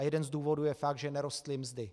Jeden z důvodů je fakt, že nerostly mzdy.